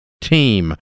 team